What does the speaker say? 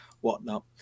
whatnot